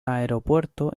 aeropuerto